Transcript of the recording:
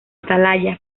atalaya